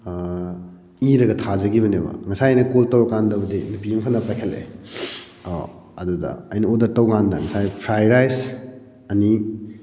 ꯏꯔꯒ ꯊꯥꯖꯈꯤꯕꯅꯦꯕ ꯉꯁꯥꯏ ꯑꯩꯅ ꯀꯣꯜ ꯇꯧꯔ ꯀꯥꯟꯗꯕꯨꯗꯤ ꯅꯨꯄꯤ ꯑꯃꯈꯛꯅ ꯄꯥꯏꯈꯠꯂꯛꯑꯦ ꯑꯗꯨꯗ ꯑꯩꯅ ꯑꯣꯗꯔ ꯇꯧꯀꯥꯟꯗ ꯉꯁꯥꯏ ꯐ꯭ꯔꯥꯏ ꯔꯥꯏꯁ ꯑꯅꯤ